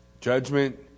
Judgment